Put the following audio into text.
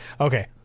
Okay